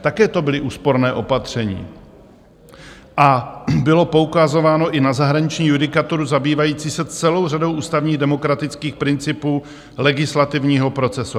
Také to byla úsporná opatření a bylo poukazováno i na zahraniční judikaturu, zabývající se celou řadou ústavních demokratických principů legislativního procesu.